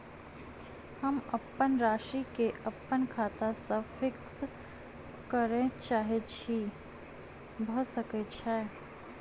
हम अप्पन राशि केँ अप्पन खाता सँ फिक्स करऽ चाहै छी भऽ सकै छै?